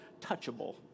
touchable